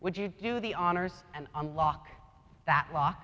would you do the honors and unlock that l